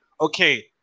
okay